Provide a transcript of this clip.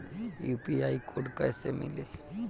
UPI code कैसे मिली?